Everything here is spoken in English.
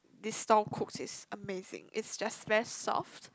this stall cooks is amazing it's just very soft